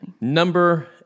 number